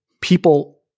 people